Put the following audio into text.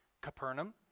Capernaum